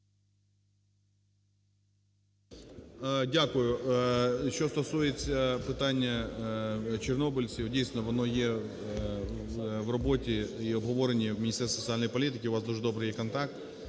Дякую. Що стосується питання чорнобильців. Дійсно, воно є в роботі і обговоренні і Міністерстві соціальної політики, у вас дуже добрий є контакт.